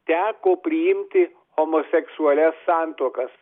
teko priimti homoseksualias santuokas